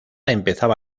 empezaba